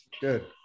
good